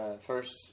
first